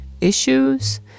issues